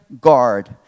guard